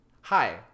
Hi